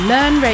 Learn